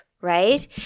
right